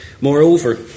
Moreover